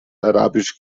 arabisch